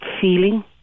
feeling